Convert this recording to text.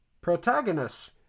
Protagonist